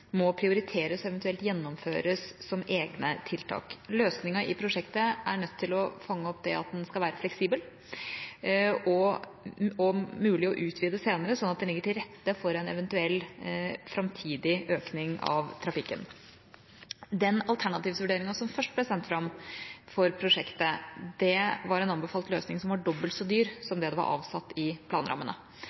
må prioriteres – eventuelt gjennomføres som egne tiltak. Løsningen i prosjektet er nødt til å fange opp at det skal være fleksibelt og mulig å utvide senere, sånn at det ligger til rette for en eventuell framtidig økning av trafikken. Den alternativsvurderingen som først ble sendt ut for prosjektet, var en anbefalt løsning som var dobbelt så dyr som det som var avsatt i planrammene.